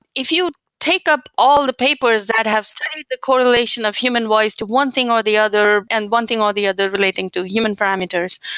if you take up all the papers that have studied the correlation of human voice to one thing or the other and one thing or the other relating to human parameters,